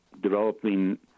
developing